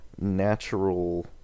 natural